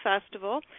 Festival